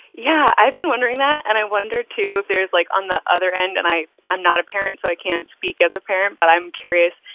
yeah, i've been wondering that. and i wonder too if there's, like, on the other end and i i'm not a parent, so i can't speak as a parent but i'm curious.